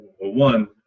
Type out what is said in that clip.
one